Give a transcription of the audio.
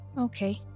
Okay